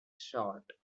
short